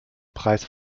preis